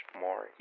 more